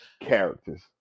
characters